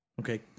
Okay